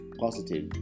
positive